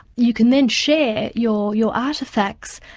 you can then share your your artefacts,